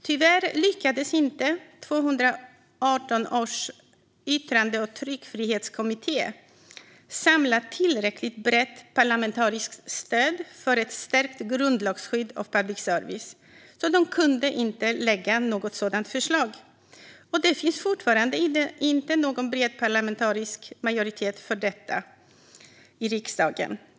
Tyvärr lyckades inte 2018 års yttrande och tryckfrihetskommitté samla tillräckligt brett parlamentariskt stöd för ett stärkt grundlagsskydd av public service och kunde därför inte lägga fram något sådant förslag. Det finns fortfarande inte någon bred parlamentarisk majoritet i riksdagen för detta.